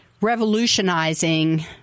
revolutionizing